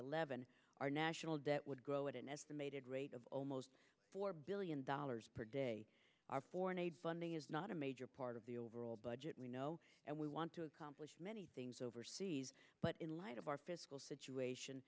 eleven our national debt would grow at an estimated rate of almost four billion dollars per day our foreign aid funding is not a major part of the overall budget we know and we want to accomplish many things overseas but in light of our fiscal situation